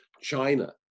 China